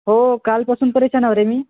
हो कालपासून परेशान आहे रे मी